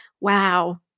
wow